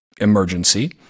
emergency